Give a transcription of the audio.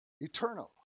eternal